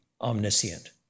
omniscient